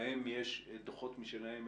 להם יש דוחות משלהם.